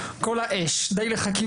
אנחנו לא יכולים לצפות